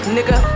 Nigga